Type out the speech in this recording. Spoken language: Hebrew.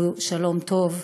והוא שלום טוב,